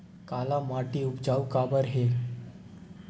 काला माटी उपजाऊ काबर हे?